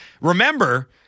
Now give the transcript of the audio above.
remember